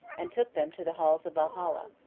and took them to the halls of valhalla,